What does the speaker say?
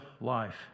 life